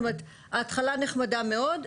ההתחלה נחמדה מאוד,